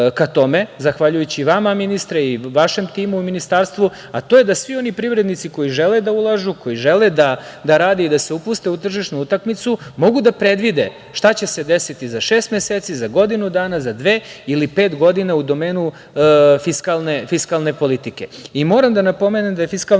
ka tome, zahvaljujući vama ministre i vašem timu u ministarstvu, a to je da svi oni privrednici koji žele da ulažu, koji žele da rade i da se upuste u tržišnu utakmicu mogu da predvide šta će se desiti za šest meseci, za godinu dana, za dve ili pet godina u domenu fiskalne politike. Moram da napomenem da je fiskalna